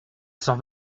cent